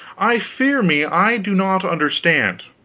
i fear me i do not understand.